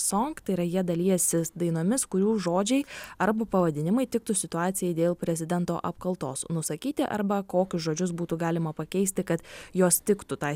song tai yra jie dalijasi dainomis kurių žodžiai arba pavadinimai tiktų situacijai dėl prezidento apkaltos nusakyti arba kokius žodžius būtų galima pakeisti kad jos tiktų tai